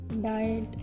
diet